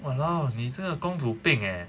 !walao! 你这个公主病 leh